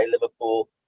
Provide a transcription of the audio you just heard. Liverpool